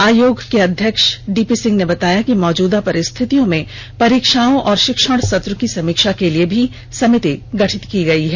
आयोग के अध्यक्ष डी पी सिंह ने बताया कि मौजूदा परिस्थतियों में परीक्षाओं और शिक्षण सत्र की समीक्षा के लिए भी समिति गठित की गई है